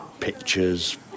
pictures